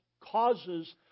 causes